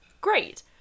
great